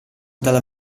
dalla